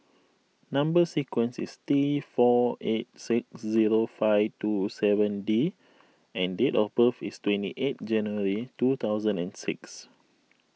Number Sequence is T four eight six zero five two seven D and date of birth is twenty eight January two thousand and six